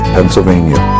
Pennsylvania